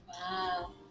Wow